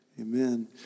amen